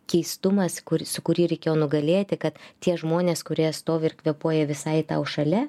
keistumas kur su kurį reikėjo nugalėti kad tie žmonės kurie stovi ir kvėpuoja visai tau šalia